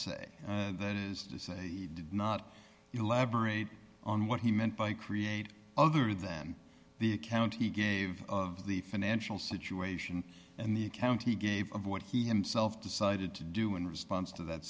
that is to say did not elaborate on what he meant by create other than the account he gave of the financial situation and the account he gave of what he himself decided to do in response to that